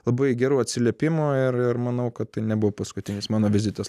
labai gerų atsiliepimų ir ir manau kad tai nebuvo paskutinis mano vizitas